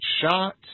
shot